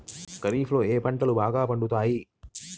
ఖరీఫ్లో ఏ పంటలు బాగా పండుతాయి?